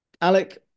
Alec